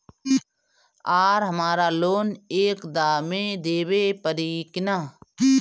आर हमारा लोन एक दा मे देवे परी किना?